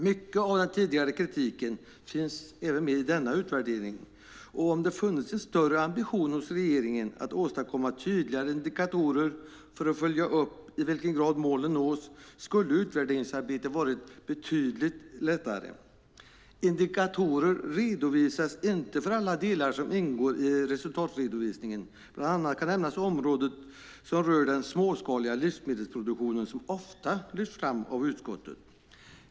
Mycket av den tidigare kritiken finns även i denna utvärdering. Om det funnits en större ambition hos regeringen att åstadkomma tydligare indikatorer för att följa upp i vilken grad målen nås skulle utvärderingsarbetet ha varit betydligt lättare. Indikatorer redovisas inte för alla delar som ingår i resultatredovisningen. Bland annat kan nämnas området som rör den småskaliga livsmedelsproduktionen, som ofta lyfts fram av utskottet.